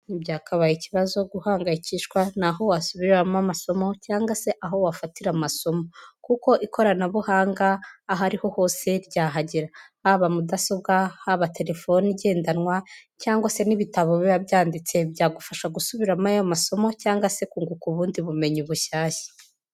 Ntibyakabaye ikibazo guhangayikishwa n'aho wasubiriramo amasomo cyangwase aho wafatira amasomo, kuko ikoranabuhanga aho ariho hose ryahagera, haba mudasobwa, haba telefone igendanwa, cyangwase n'ibitabo biba byanditse byagufasha gusubiramo aya masomo, cyangwase kunguka ubundi bumenyi bushyashya.